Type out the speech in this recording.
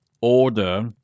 order